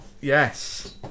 Yes